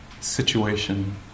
situation